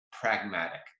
pragmatic